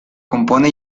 compone